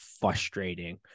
frustrating